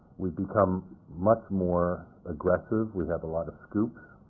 we've become much more aggressive we have a lot of scoops.